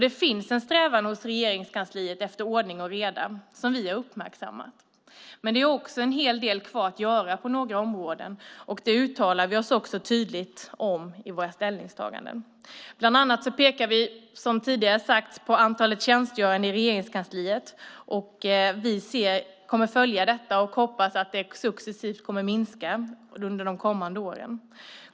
Det finns en strävan hos Regeringskansliet efter ordning och reda som vi har uppmärksammat, men det finns också en del kvar att göra på några områden, och det uttalar vi oss också tydligt om i våra gemensamma ställningstaganden. Bland annat pekar vi, som tidigare har sagts, på antalet tjänstgörande i Regeringskansliet. Vi kommer att följa detta och hoppas att antalet successivt kommer att minska under de kommande åren.